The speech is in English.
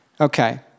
Okay